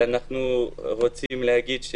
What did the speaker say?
ואנחנו רוצים להגיד,